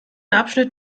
abschnitt